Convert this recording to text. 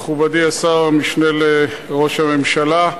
מכובדי השר המשנה לראש הממשלה,